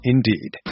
Indeed